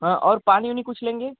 हाँ और पानी वानी कुछ लेंगे